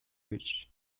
village